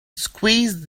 squeezed